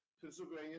Pennsylvania